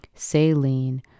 saline